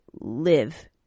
live